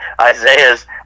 Isaiah's